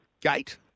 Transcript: gate